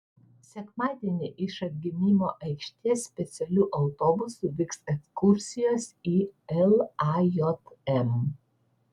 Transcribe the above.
sekmadienį iš atgimimo aikštės specialiu autobusu vyks ekskursijos į lajm